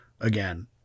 again